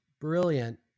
brilliant